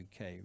UK